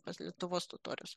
pas lietuvos totorius